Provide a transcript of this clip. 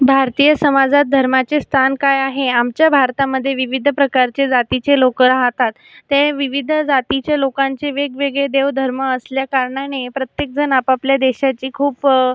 भारतीय समाजात धर्माचे स्थान काय आहे आमच्या भारतामधे विविध प्रकारचे जातीचे लोक राहतात ते विविध जातीच्या लोकांचे वेगवेगळे देवधर्म असल्याकारणाने प्रत्येकजण आपापल्या देशाची खूप